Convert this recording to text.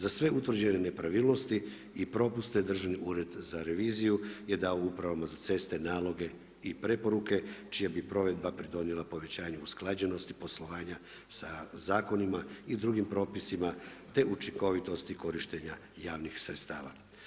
Za sve utvrđene nepravilnosti i propuste Državni ured za reviziju je dao Upravama za ceste naloge i preporuke čija bi provedba pridonijela povećanju usklađenosti poslovanja sa zakonima i drugim propisima te učinkovitosti korištenja javnih sredstava.